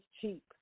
cheap